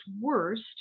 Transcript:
worst